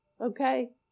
okay